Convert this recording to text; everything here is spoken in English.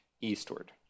eastward